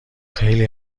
خیلی